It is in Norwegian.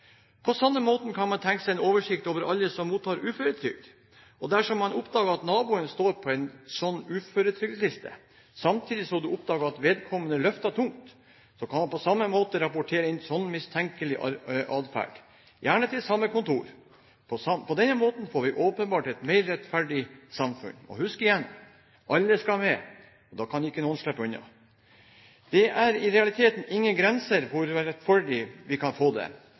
av sånne saker. På denne måten får vi åpenbart et mer rettferdig samfunn. Husk at alle skal med, og da kan ikke noen slippe unna. På samme måte kan man tenke seg en oversikt over alle som mottar uføretrygd. Dersom man oppdager at naboen står på en sånn uføretrygdliste samtidig som man oppdager at vedkommende løfter tungt, kan man på samme måte rapportere inn slik mistenkelige adferd – gjerne til samme kontor. På denne måten får vi åpenbart et mer rettferdig samfunn. Og husk igjen: Alle skal med, og da kan ikke noen slippe unna. Det er i